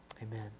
Amen